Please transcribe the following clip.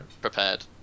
prepared